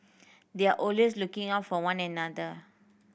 they are looking out for one another